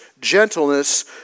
gentleness